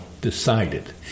decided